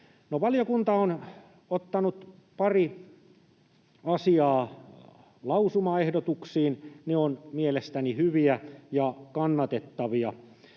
valiokunta on ottanut pari asiaa lausumaehdotuksiin, ja ne ovat mielestäni hyviä ja kannatettavia.